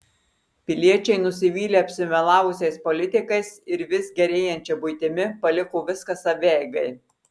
piliečiai nusivylę apsimelavusiais politikais ir vis gerėjančia buitimi paliko viską savieigai